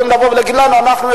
יכולים לבוא ולהגיד לנו: אנחנו,